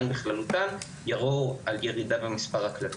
בכללותן יראו על ירידה במספר הכלבים.